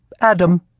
Adam